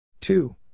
two